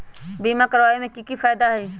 बीमा करबाबे के कि कि फायदा हई?